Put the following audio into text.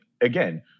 again